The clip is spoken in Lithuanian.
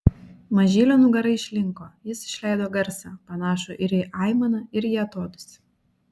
mažylio nugara išlinko jis išleido garsą panašų ir į aimaną ir į atodūsį